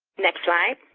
next slide,